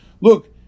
Look